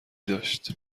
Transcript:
داشت